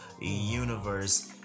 universe